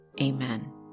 Amen